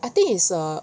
I think it's a